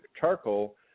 charcoal